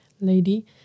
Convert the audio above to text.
lady